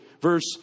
Verse